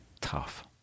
tough